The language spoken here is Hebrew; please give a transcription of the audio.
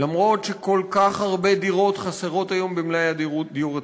למרות שכל כך הרבה דירות חסרות היום במלאי הדיור הציבורי,